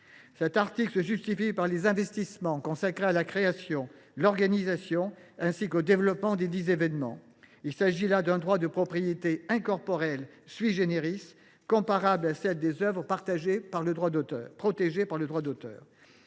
Cet article se justifie par les investissements consacrés à la création, à l’organisation ainsi qu’au développement desdits événements. Il s’agit là d’un droit de propriété incorporelle, comparable à celui que confère sur une œuvre le droit d’auteur.